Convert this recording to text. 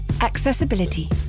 Accessibility